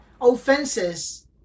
offenses